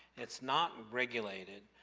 it's not regulated.